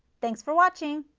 thanks for watching.